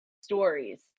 stories